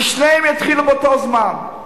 ושתיהן יתחילו באותו זמן,